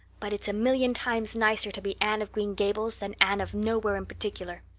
but it's a million times nicer to be anne of green gables than anne of nowhere in particular,